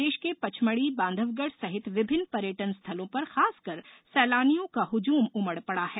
प्रदेश के पचमढ़ी बांधवगढ़ सहित विभिन्न पर्यटन स्थलों पर खासकर सैलानियों का हुजूम उमड़ पड़ा है